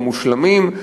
המושלמים,